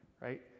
right